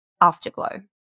Afterglow